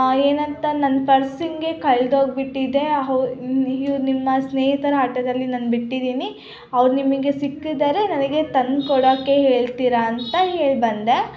ಏನಂತ ನನ್ನ ಪರ್ಸ್ ಹಿಂಗೇ ಕಳೆದೋಗ್ಬಿಟ್ಟಿದೆ ಇವ್ರು ನಿಮ್ಮ ಸ್ನೇಹಿತರ ಆಟದಲ್ಲಿ ನಾನು ಬಿಟ್ಟಿದ್ದೀನಿ ಅವ್ರು ನಿಮಗೆ ಸಿಕ್ಕಿದರೆ ನನಗೆ ತಂದು ಕೊಡೋಕ್ಕೆ ಹೇಳ್ತೀರಾ ಅಂತ ಹೇಳಿ ಬಂದೆ